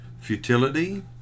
Futility